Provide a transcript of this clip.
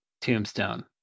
tombstone